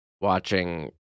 Watching